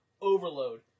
overload